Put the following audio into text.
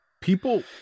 people